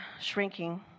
shrinking